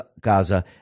Gaza